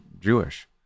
Jewish